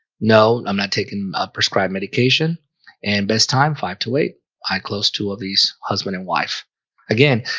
no, i'm not taking a prescribed medication and best time five to eight i closed two of these husband and wife again.